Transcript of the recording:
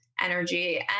energy